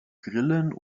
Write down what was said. grillen